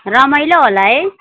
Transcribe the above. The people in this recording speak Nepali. रमाइलो होला है